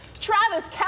Travis